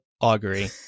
augury